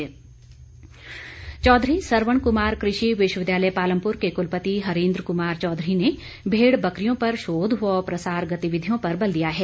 त्रिलोक कपूर चौधरी सरवण कुमार कृषि विश्वविद्यालय पालमपुर के कुलपति हरीन्द्र कुमार चौधरी ने भेड़ बकरियों पर शोध व प्रसार गतिविधियों पर बल दिया है